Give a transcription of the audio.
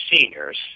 seniors